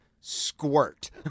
squirt